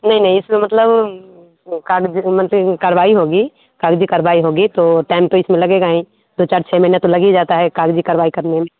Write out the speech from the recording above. नहीं नहीं इसमें मतलब कागज़ी मंथली कार्रवाई होगी कागज़ी कार्रवाई होगी तो टाइम तो इसमें लगेगा ही दो चार छः महीने तो लग ही जाते हैं कागज़ी कार्रवाई करने में